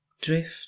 drift